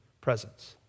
presence